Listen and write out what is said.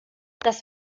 das